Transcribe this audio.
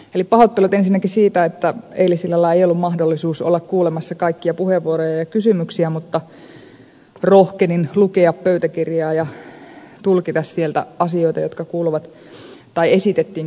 pahoittelut ensinnäkin siitä että eilisiltana ei ollut mahdollisuutta olla kuulemassa kaikkia puheenvuoroja ja kysymyksiä mutta rohkenin lukea pöytäkirjaa ja tulkita sieltä asioita jotka esitettiin kysymyksinä allekirjoittaneelle